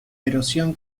erosión